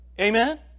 Amen